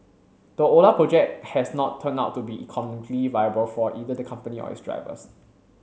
the Ola project has not turned out to be economically viable for either the company or its drivers